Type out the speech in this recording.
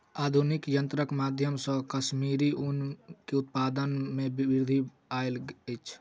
आधुनिक यंत्रक माध्यम से कश्मीरी ऊन के उत्पादन में वृद्धि आयल अछि